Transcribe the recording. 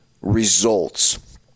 results